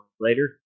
later